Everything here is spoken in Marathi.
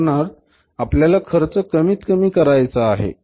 उदाहरणार्थ आपल्याला खर्च कमी कमी करायचा आहे